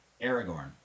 Aragorn